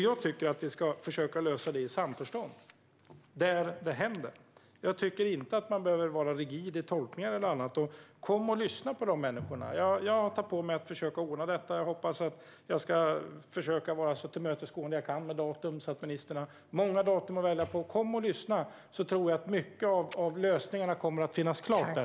Jag tycker att vi ska försöka lösa det i samförstånd, och där det händer. Jag tycker inte att man behöver vara rigid i tolkningar eller annat. Kom och lyssna på människorna! Jag tar på mig att försöka ordna det. Jag ska försöka vara så till mötesgående jag kan med datum så att ministern får många datum att välja på. Kom och lyssna! Jag tror att många av lösningarna finns där.